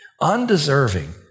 undeserving